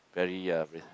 very uh